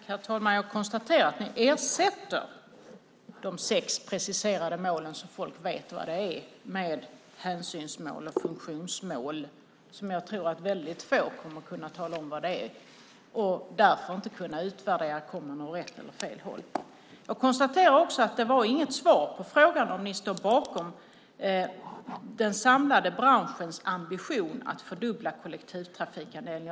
Herr talman! Jag konstaterar att ni ersätter de sex preciserade målen, som folk vet vad det är, med hänsynsmål och funktionsmål, som jag tror att väldigt få kommer att kunna tala om vad det är. Därför kommer man inte att kunna utvärdera om det är rätt eller fel håll. Jag konstaterar också att det inte var något svar på frågan om ni står bakom den samlade branschens ambition att fördubbla kollektivtrafiken.